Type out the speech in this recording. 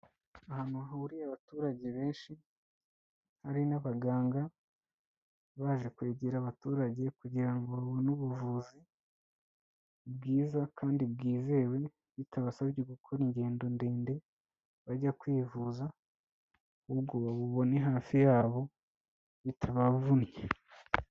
Ahantu hahuriye abaturage benshi, hari n'abaganga baje kwegera abaturage kugira ngo babone ubuvuzi bwiza kandi bwizewe, bitabasabye gukora ingendo ndende bajya kwivuza ahubwo babubone hafi yabo bitabavunnye.